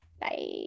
Bye